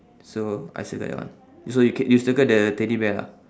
so I circle that one so you c~ you circle the teddy bear ah